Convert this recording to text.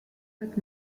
but